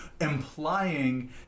implying